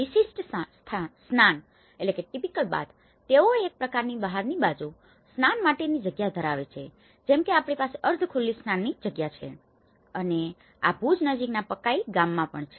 વિશિષ્ટ સ્નાન તેઓ એક પ્રકારની બહારની બાજુ સ્નાન માટેની જગ્યાઓ ધરાવે છે જેમ કે આપણી પાસે અર્ધ ખુલ્લી સ્નાનની જગ્યાઓ છે અને આ ભુજ નજીકના પકાઈ ગામમાં પણ છે